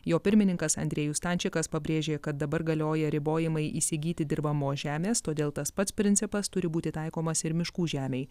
jo pirmininkas andriejus stančikas pabrėžė kad dabar galioja ribojimai įsigyti dirbamos žemės todėl tas pats principas turi būti taikomas ir miškų žemei